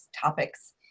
topics